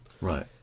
Right